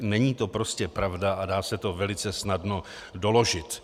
Není to prostě pravda a dá se to velice snadno doložit.